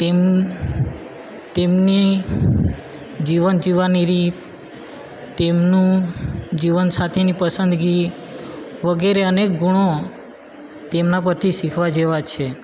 તેમ તેમની જીવન જીવવાની રીત તેમનું જીવન સાથીની પસંદગી વગેરે અનેક ગુણો તેમના પરથી શીખવા જેવા છે